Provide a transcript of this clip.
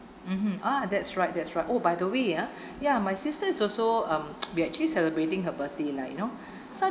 mmhmm ah that's right that's right oh by the way ah ya my sister is also um we actually celebrating her birthday lah you know so